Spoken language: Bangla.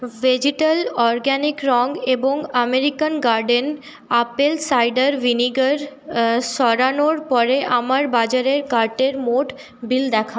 ভেজিটাল অরগ্যানিক রঙ এবং American garden apple cider vinegar সরানোর পরে আমার বাজারের কার্টের মোট বিল দেখান